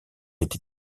été